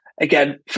again